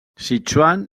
sichuan